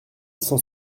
cent